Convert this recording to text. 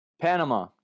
panama